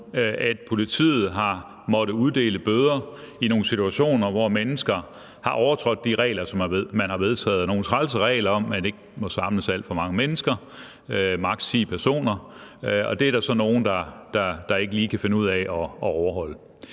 at politiet har måttet uddele bøder i nogle situationer, hvor mennesker har overtrådt de regler, som man har vedtaget. Det er nogle trælse regler om, at man ikke må samles alt for mange mennesker, maks. ti personer, og det er der så nogen der lige kan finde ud af at overholde.